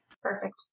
Perfect